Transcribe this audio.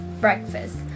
breakfast